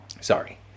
sorry